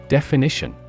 Definition